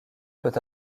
peut